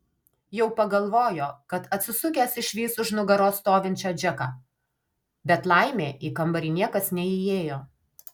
jau pagalvojo kad atsisukęs išvys už nugaros stovinčią džeką bet laimė į kambarį niekas neįėjo